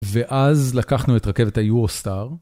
ואז לקחנו את רכבת היורו סטאר